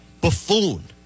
buffoon